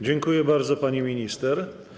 Dziękuję bardzo, pani minister.